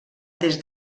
des